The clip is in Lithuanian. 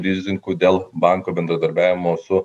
rizikų dėl bankų bendradarbiavimo su